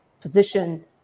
position